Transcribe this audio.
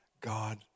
God